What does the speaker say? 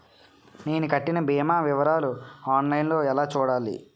నేను కట్టిన భీమా వివరాలు ఆన్ లైన్ లో ఎలా చూడాలి?